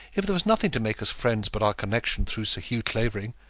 if there was nothing to make us friends but our connection through sir hugh clavering,